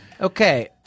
Okay